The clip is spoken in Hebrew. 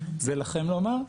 זה לכם לומר.